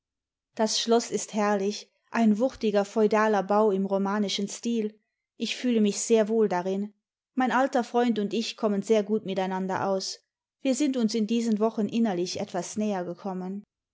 das schloß ist herrlich ein wuchtiger feudaler bau im romanischen stil ich fühle mich sehr wohl darin mein alter freund imd ich kommen sehr gut miteinander aus wir sind uns in diesen wochen innerlich etwas näher gekommen